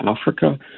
Africa